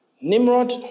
Nimrod